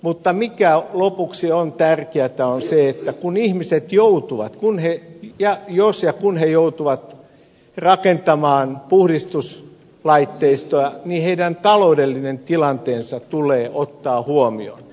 mutta mikä lopuksi on tärkeätä on se että kun ihmiset joutuvat kun heli ja jos ja kun ihmiset joutuvat rakentamaan puhdistuslaitteistoa heidän taloudellinen tilanteensa tulee ottaa huomioon